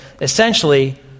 essentially